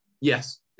Yes